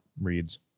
reads